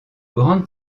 grandes